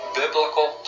biblical